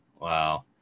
Wow